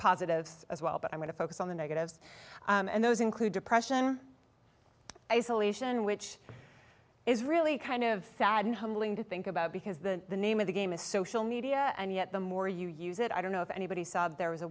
positives as well but i'm going to focus on the negatives and those include depression isolation which is really kind of sad and humbling to think about because the name of the game is social media and yet the more you use it i don't know if anybody saw there was a